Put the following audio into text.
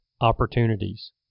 opportunities